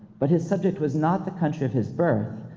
but his subject was not the country of his birth.